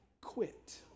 quit